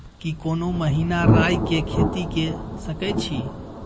की कोनो महिना राई के खेती के सकैछी?